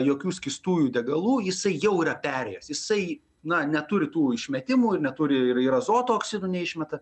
jokių skystųjų degalų jisai jau yra perėjęs jisai na neturi tų išmetimų ir neturi ir ir azoto oksidų neišmeta